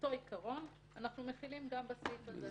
אותו עיקרון אנחנו מחילים גם בסעיף הזה.